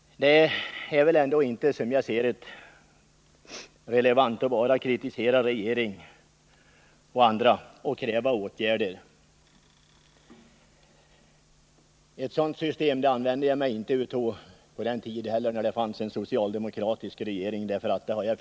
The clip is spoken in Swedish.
Det är väl ändå inte riktigt att bara kritisera regeringen och andra och kräva åtgärder från dem. Ett sådant lågtstående sätt att diskutera använde jag inte ens under den socialdemokratiska regeringens tid.